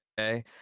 Okay